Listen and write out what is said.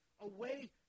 away